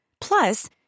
Plus